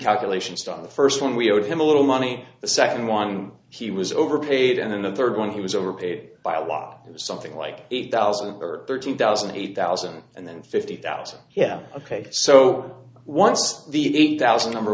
calculations done the first one we owed him a little money the second one he was overpaid and then the third one he was overpaid by a lot it was something like eight thousand or thirty thousand eight thousand and then fifty thousand yeah ok so once the eight thousand number